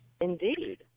Indeed